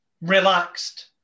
relaxed